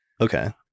Okay